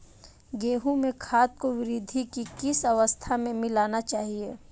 गेहूँ में खाद को वृद्धि की किस अवस्था में मिलाना चाहिए?